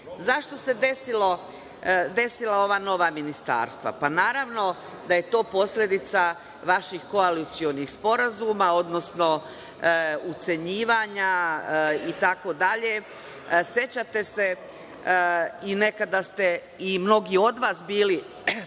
su se desila ova nova ministarstva? Naravno da je to posledica vaših koalicionih sporazuma, odnosno ucenjivanja, itd. Sećate se i nekada ste i mnogi od vas bili